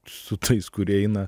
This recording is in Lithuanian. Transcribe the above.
su tais kurie eina